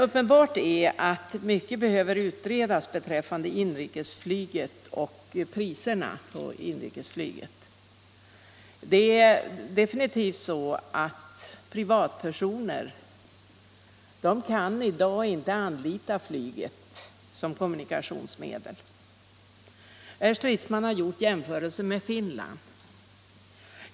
Uppenbart är att mycket behöver utredas beträffande inrikesflyget och storleken av priserna på inrikesflyget. Privatpersoner kan knappast anlita flyget som kommunikationsmedel. Herr Stridsman har gjort jämförelser med Finland.